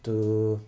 to